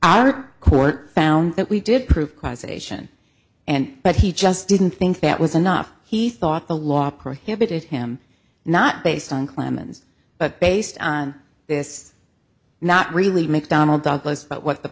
our court found that we did prove causation and but he just didn't think that was enough he thought the law prohibited him not based on clemens but based on this not really mcdon